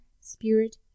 spirit